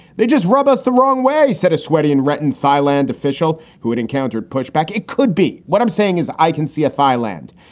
they just rub us the wrong way, said a sweaty and retinoids thailand official who had encountered pushback. it could be what i'm saying is i can see thailand,